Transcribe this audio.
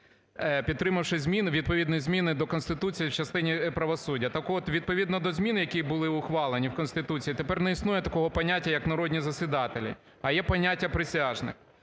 підтримавши зміни, відповідні зміни до Конституції в частині правосуддя. Так от відповідно до змін, які були ухвалені у Конституції, тепер не існує такого поняття як "народні засідателі", а є поняття "присяжні",